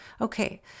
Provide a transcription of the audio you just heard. Okay